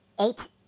eight